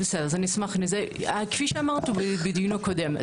כפי שאמרתי בדיון הקודם,